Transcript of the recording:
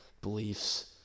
beliefs